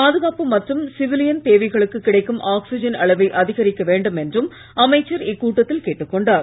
பாதுகாப்பு மற்றும் சிவிலியன் தேவைகளுக்கு கிடைக்கும் ஆக்ளிஜன் அளவை அதிகரிக்க வேண்டும் என்றும் அமைச்சர் இக்கூட்டத்தில் கேட்டுக் கொண்டார்